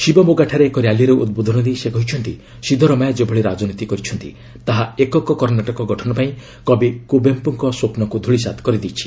ଶିବମୋଗାଠାରେ ଏକ ର୍ୟାଲିରେ ଉଦ୍ବୋଧନ ଦେଇ ସେ କହିଛନ୍ତି ସିଦ୍ଧରମୟା ଯେଭଳି ରାଜନୀତି କରିଛନ୍ତି ତାହା ଏକକ କର୍ଣ୍ଣାଟକ ଗଠନ ପାଇଁ କବି କୁବେମ୍ପୁଙ୍କ ସ୍ୱପ୍ନକୁ ଧ୍ୟଳିସାତ୍ କରିଦେଇଛି